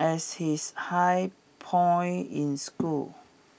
as his high point in school